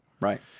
Right